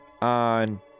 on